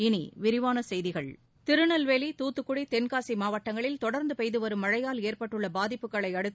இனி விரிவான செய்திகள் திருநெல்வேலி தூத்துக்குடி தென்காசி மாவட்டங்களில் தொடர்ந்து பெய்துவரும் மழையால் ஏற்பட்டுள்ள பாதிப்புகளை அடுத்து